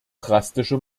drastische